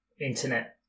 internet